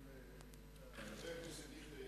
הוא צריך את המצלמות,